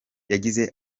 yagize